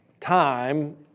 time